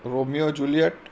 romeo juliet